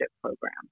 program